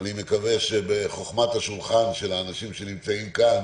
אני מקווה שבחכמת השולחן של האנשים שנמצאים כאן,